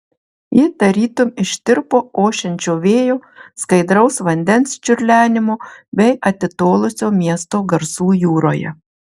ji tarytum ištirpo ošiančio vėjo skaidraus vandens čiurlenimo bei atitolusio miesto garsų jūroje